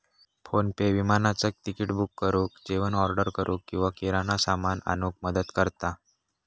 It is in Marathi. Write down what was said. फोनपे विमानाचा तिकिट बुक करुक, जेवण ऑर्डर करूक किंवा किराणा सामान आणूक मदत करता